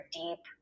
deep